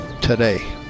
Today